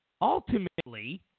Ultimately